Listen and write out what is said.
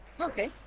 okay